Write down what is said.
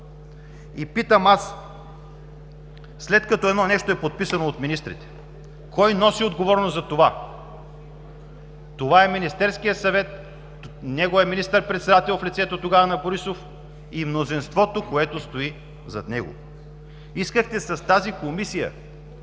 И питам аз: след като едно нещо е подписано от министрите, кой носи отговорност за това? – Министерският съвет, неговият министър-председател в лицето тогава на Борисов и мнозинството, което стои зад него. С тази Комисия